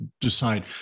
decide